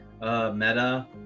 meta